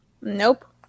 Nope